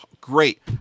great